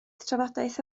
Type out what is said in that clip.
trafodaeth